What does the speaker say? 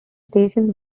stations